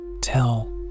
Tell